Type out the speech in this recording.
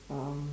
um